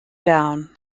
down